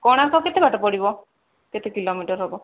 କୋଣାର୍କ କେତେ ବାଟ ପଡ଼ିବ କେତେ କିଲୋମିଟର୍ ହେବ